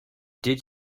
did